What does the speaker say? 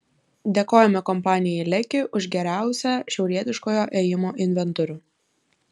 dėkojame kompanijai leki už geriausią šiaurietiškojo ėjimo inventorių